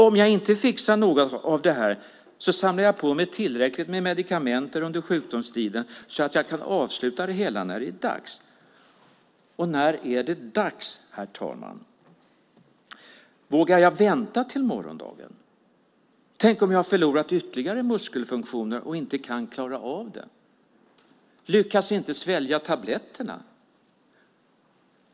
Om jag inte fixar något av det här samlar jag på mig tillräckligt med medikamenter under sjukdomstiden så att jag kan avsluta det hela när det är dags. Och när är det dags, herr talman? Vågar jag vänta till morgondagen? Tänk om jag har förlorat ytterligare muskelfunktioner och inte kan klara av det, inte lyckas svälja tabletterna!